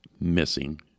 missing